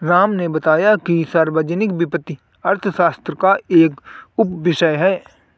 राम ने बताया कि सार्वजनिक वित्त अर्थशास्त्र का एक उपविषय है